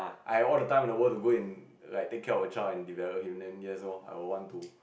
I have all the time in the world to go and like take care of the child and develop him then yes lor I would want to